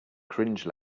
cringe